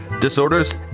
Disorders